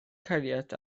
cariad